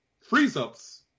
freeze-ups